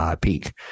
peak